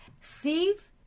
Steve